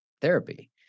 therapy